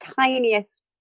tiniest